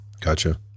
Gotcha